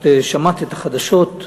את שמעת את החדשות,